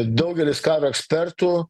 daugelis karo ekspertų